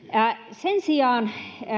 sen sijaan